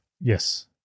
Yes